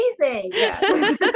amazing